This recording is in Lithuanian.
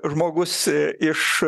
žmogus iš